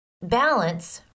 balance